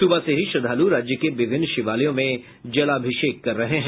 सुबह से ही श्रद्धालु राज्य के विभिन्न शिवालयों में जलाभिषेक कर रहे हैं